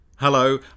Hello